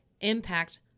impact